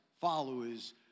followers